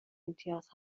امتیاز